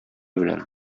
белән